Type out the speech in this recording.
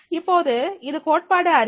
இப்போது இது கோட்பாடு அறிவு